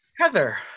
Heather